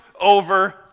over